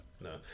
no